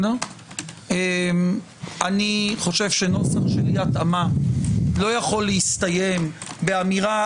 אני חושב שנוסח של אי התאמה לא יכול להסתיים באמירה: